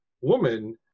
woman